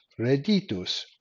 reditus